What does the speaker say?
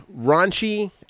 raunchy